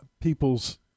people's